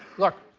look,